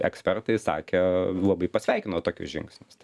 ekspertai sakė labai pasveikino tokius žingsnius